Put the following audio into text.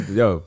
yo